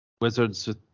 wizards